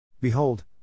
Behold